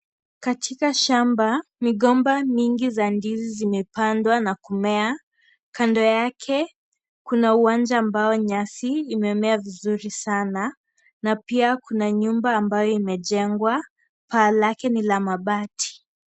Katika shamba migomba mingi za ndizi zimendwa na kumea , kando yake kuna uwanja ambao nyasi imemea vizuri sana na pia kuna nyumba ambayo imejengwa, paa lake ni la mabati.